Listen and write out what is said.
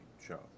show